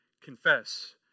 confess